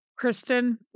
Kristen